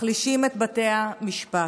מחלישים את בתי המשפט,